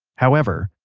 however,